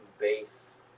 base